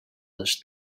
dels